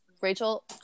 Rachel